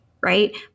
right